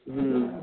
हूँ